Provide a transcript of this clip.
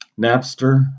Napster